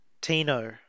Tino